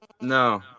No